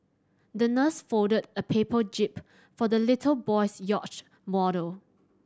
the nurse folded a paper jib for the little boy's yacht model